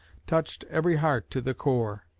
touched every heart to the core.